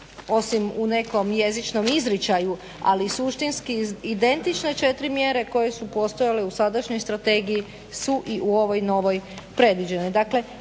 osim u nekom jezičnom izričaju, ali suštinski identične četiri mjere koje su postojale u sadašnjoj strategiji su i u ovoj novoj predviđene.